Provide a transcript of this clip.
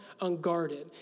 unguarded